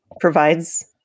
provides